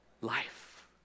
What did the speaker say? Life